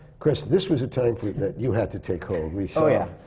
chris, this was a time that you had to take home, we saw. oh, yeah!